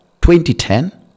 2010